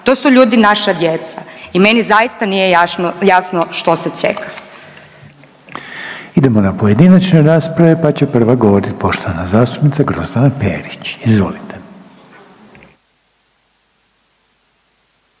to su ljudi naša djeca i meni zaista nije jasno što se čeka. **Reiner, Željko (HDZ)** Idemo na pojedinačne rasprave, pa će prva govorit poštovana zastupnica Grozdana Perić, izvolite.